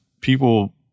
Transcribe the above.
people